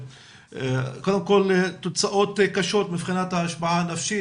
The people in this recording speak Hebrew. קודם כל תוצאות קשות מבחינת ההשפעה הנפשית